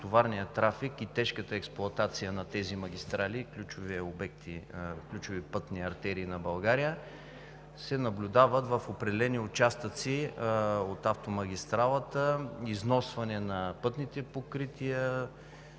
тежкотоварния трафик и тежката експлоатация на тези магистрали – ключови пътни артерии на България, се наблюдава в определени участъци от автомагистралите износване на пътните покрития,